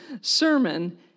sermon